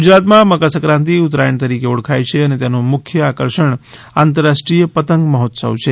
ગુજરાતમાં મકરસંક્રાંતિ ઉત્તરાયણ તરીકે ઓળખાય છે અને તેનું મુખ્ય આકર્ષણ આંતરરાષ્ટ્રીય પતંગ મહોત્સવ છે